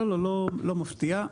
לא מפתיע.